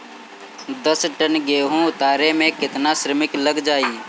दस टन गेहूं उतारे में केतना श्रमिक लग जाई?